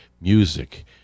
music